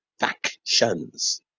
factions